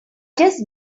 just